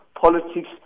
politics